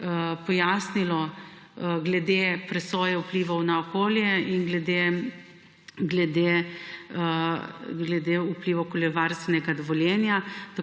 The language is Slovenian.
pojasnilo glede presoje vplivov na okolje in glede vplivov okoljevarstvenega dovoljenja.